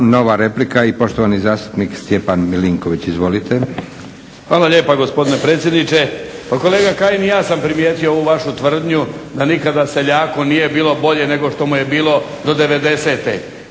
Hvala lijepa gospodine predsjedniče.